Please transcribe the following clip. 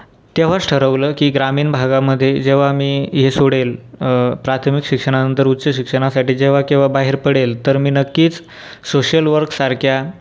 तेव्हाच ठरवलं की ग्रामीण भागामध्ये जेव्हा मी हे सोडेल प्राथमिक शिक्षणानंतर उच्च शिक्षणासाठी जेव्हा केव्हा कधी बाहेर पडेल तर मी नक्कीच सोशल वर्क सारख्या